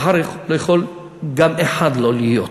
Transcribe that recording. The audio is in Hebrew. מחר יכול גם אחד לא להיות,